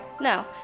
no